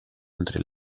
entre